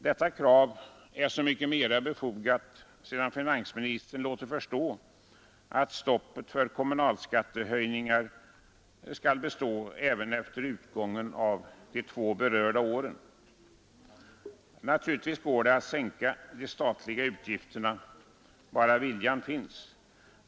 Detta krav är så mycket mer befogat sedan finansministern låtit förstå att stoppet för kommunalskattehöjningar skall bestå även efter utgången av de två berörda åren. Naturligtvis går det att sänka de statliga utgifterna bara viljan finns.